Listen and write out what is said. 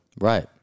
Right